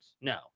No